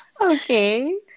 okay